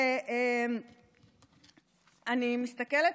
ואני מסתכלת